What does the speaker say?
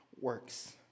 works